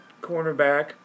cornerback